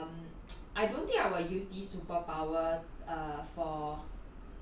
um I don't think I will use this superpower err for